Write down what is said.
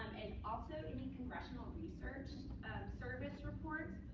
and also, any congressional research service report,